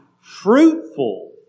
fruitful